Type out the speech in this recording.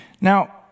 Now